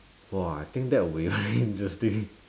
!wah! I think that will be very interesting